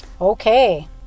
okay